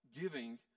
giving